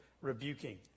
rebuking